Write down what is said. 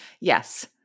Yes